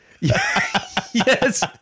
Yes